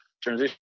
transition